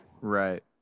Right